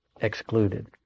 excluded